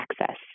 access